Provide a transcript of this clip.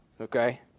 okay